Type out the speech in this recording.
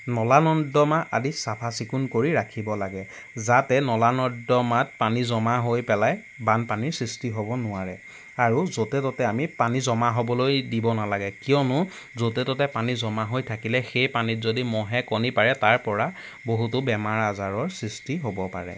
নলা নৰ্দমা আদি চাফা চিকুণ কৰি ৰাখিব লাগে যাতে নলা নৰ্দমাত পানী জমা হৈ পেলাই বানপানীৰ সৃষ্টি হ'ব নোৱাৰে আৰু য'তে ত'তে আমি পানী জমা হ'বলৈ দিব নালাগে কিয়নো য'তে ত'তে পানী জমা হৈ থাকিলে সেই পানীত যদি মহে কণী পাৰে তাৰপৰা বহুতো বেমাৰ আজাৰৰ সৃষ্টি হ'ব পাৰে